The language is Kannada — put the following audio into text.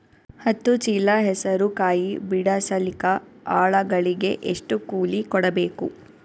ಹತ್ತು ಚೀಲ ಹೆಸರು ಕಾಯಿ ಬಿಡಸಲಿಕ ಆಳಗಳಿಗೆ ಎಷ್ಟು ಕೂಲಿ ಕೊಡಬೇಕು?